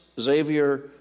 Xavier